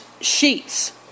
sheets